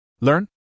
Learn